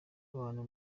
abantu